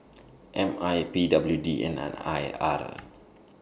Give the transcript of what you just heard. M I P W D and An I R